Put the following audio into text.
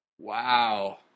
Wow